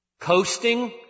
coasting